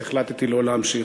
אז החלטתי לא להמשיך,